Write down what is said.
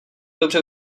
dobře